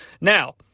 Now